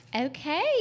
Okay